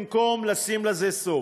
במקום לשים לזה סוף.